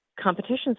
competitions